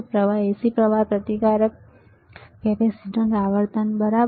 પ્રવાહ AC પ્રવાહ પ્રતિકાર કેપેસીટન્સ આવર્તન બરાબર